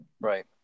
right